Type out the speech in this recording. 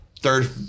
Third